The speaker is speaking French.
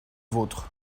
vôtres